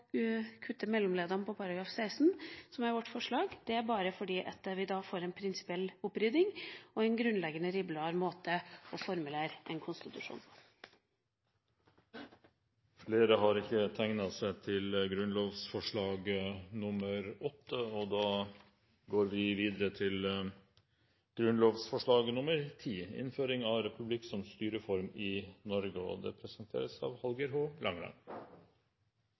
kutte mellomleddene i § 16 som er vårt forslag, fordi vi da får en prinsipiell opprydning og en grunnleggende liberal måte å formulere en konstitusjon på. Flere har ikke bedt om ordet til grunnlovsforslag 8. Grunnlovsforslag 10: Innføring av republikk som styreform i Norge SV har teke opp dette forslaget gjentatte gonger, og me har blitt kritisert fordi me ikkje har lagt det